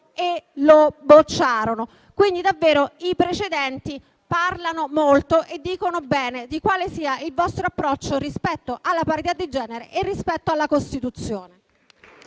e lo bocciò. Quindi, davvero i precedenti parlano molto e dicono bene di quale sia il vostro approccio rispetto alla parità di genere e rispetto alla Costituzione.